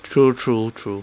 true true true